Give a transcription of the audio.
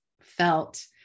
felt